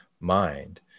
mind